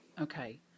Okay